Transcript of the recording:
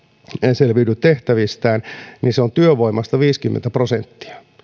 selviydy tehtävistään niin se on työvoimasta viisikymmentä prosenttia